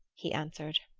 he answered.